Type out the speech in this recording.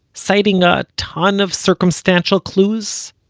citing a ton of circumstantial clues.